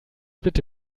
bitte